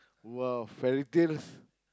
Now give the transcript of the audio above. !wow! fairytales